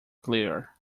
clear